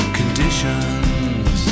conditions